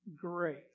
Grace